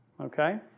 Okay